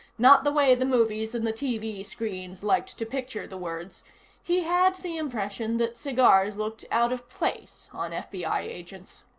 not the way the movies and the tv screens liked to picture the words he had the impression that cigars looked out of place on fbi agents.